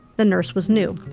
the nurse was new.